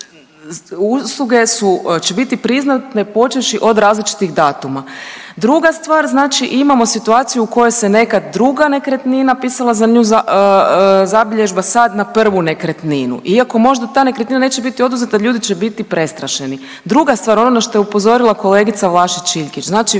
usluge će biti priznate počevši od različitih datuma. Druga stvar imamo situaciju u kojoj se nekad druga nekretnina pisala za nju zabilježba sad na prvu nekretninu, iako možda ta nekretnina neće biti oduzeta ljudi će biti prestrašeni. Druga stvar ono na što je upozorila kolegica Vlašić Iljkić, znači